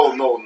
no